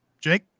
Jake